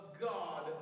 God